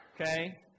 Okay